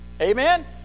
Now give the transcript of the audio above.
Amen